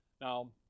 Now